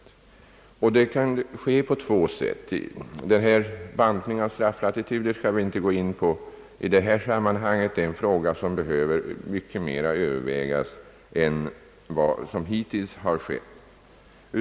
Detta kan ske på två sätt. Bantningen av strafflatituder skall vi inte gå in på i detta sammanhang — det är en fråga som kräver mycket större överväganden än vad som hittills förekommit.